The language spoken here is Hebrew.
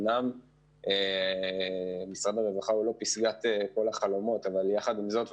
אמנם משרד הרווחה הוא לא פסגת כל החלומות אבל יחד עם זאת,